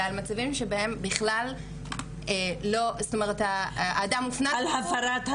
אלא על מצבים שבהם בכלל לא --- על הפרת הצו?